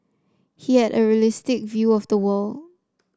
he had a realistic view of the world